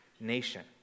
nation